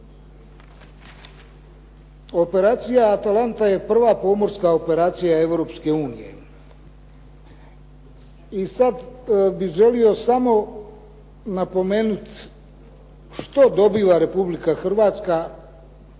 Operacija "Atalanta" je prva pomorska operacija Europske unije. I sad bih želio samo napomenuti što dobiva Republika Hrvatska